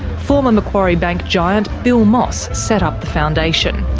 former macquarie bank giant bill moss set up the foundation.